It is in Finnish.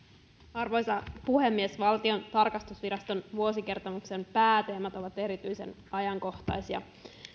arvoisa puhemies valtiontalouden tarkastusviraston vuosikertomuksen päätelmät ovat erityisen ajankohtaisia